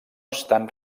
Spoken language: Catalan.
estan